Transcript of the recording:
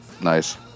Nice